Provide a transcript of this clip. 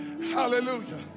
Hallelujah